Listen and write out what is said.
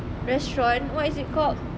restaurant what is it called